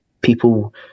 people